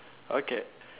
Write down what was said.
okay